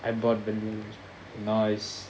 I bought vanilla nice